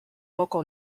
local